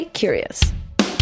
curious